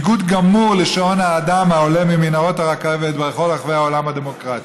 ניגוד גמור לשאון האדם העולה ממנהרות הרכבת בכל רחבי העולם הדמוקרטי.